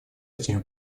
этими